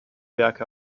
werke